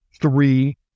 three